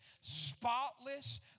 spotless